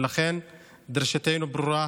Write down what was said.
ולכן דרישתנו ברורה: